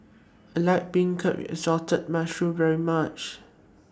I like Beancurd with Assorted Mushrooms very much